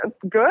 good